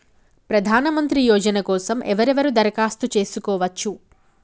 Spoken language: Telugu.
ప్రధానమంత్రి యోజన కోసం ఎవరెవరు దరఖాస్తు చేసుకోవచ్చు?